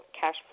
cash